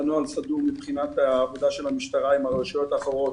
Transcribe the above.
נוהל סדור מבחינת העבודה של המשטרה עם הרשויות האחרות.